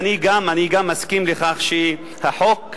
אני מסכים לכך שהחוק,